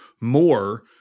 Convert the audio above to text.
more